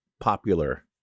popular